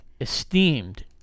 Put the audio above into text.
esteemed